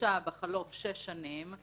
מורשע בחלוף שש שנים,